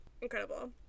incredible